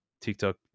TikTok